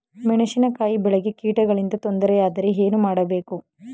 ಮೆಣಸಿನಕಾಯಿ ಬೆಳೆಗೆ ಕೀಟಗಳಿಂದ ತೊಂದರೆ ಯಾದರೆ ಏನು ಮಾಡಬೇಕು?